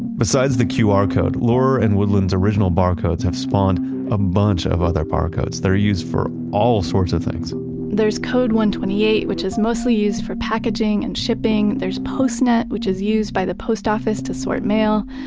besides the qr code, laurer and woodland's original barcodes have spawned a bunch of other barcodes. they're used for all sorts of things there's code one hundred and twenty eight, which is mostly used for packaging and shipping. there's postnet which is used by the post office to sort mail.